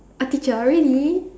a teacher really